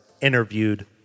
interviewed